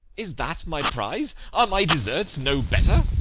is that my prize? are my deserts no better?